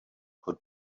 could